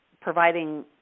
providing